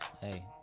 Hey